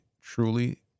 truly